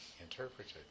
interpreted